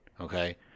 okay